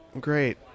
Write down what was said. Great